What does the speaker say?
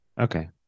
Okay